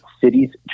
Cities